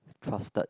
trusted